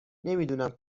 نمیدونم